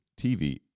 tv